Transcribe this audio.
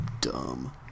dumb